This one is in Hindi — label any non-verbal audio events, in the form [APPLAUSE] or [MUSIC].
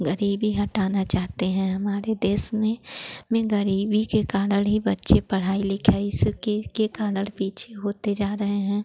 ग़रीबी हटाना चाहते हैं हमारे देश में में ग़रीबी के कारण ही बच्चे पढ़ाई लिखाई इस [UNINTELLIGIBLE] के कारण पीछे होते जा रहे हैं